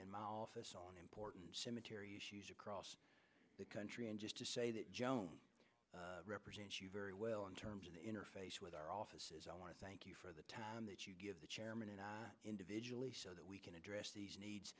and my office on important cemetery across the country and just to say that represents you very well in terms of the interface with our offices i want to thank you for the time that you give the chairman and i individually so that we can address the needs